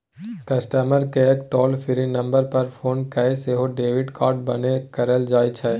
customer केयरकेँ toll free number पर phone कए सेहो डेबिट कार्ड बन्न कराएल जाइ छै